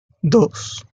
dos